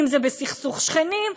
אם בסכסוך שכנים,